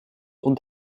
und